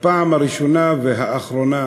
הפעם הראשונה והאחרונה